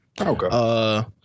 Okay